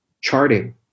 charting